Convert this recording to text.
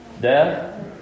Death